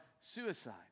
suicide